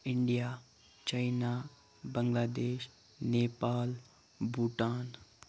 India China Bangladesh Nepal Bhutan